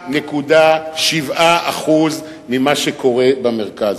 3.7% ממה שקורה במרכז.